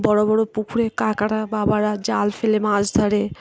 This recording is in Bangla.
বড়ো বড়ো পুকুরে কাকারা বাবারা জাল ফেলে মাছ ধরে